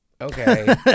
okay